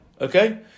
Okay